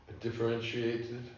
differentiated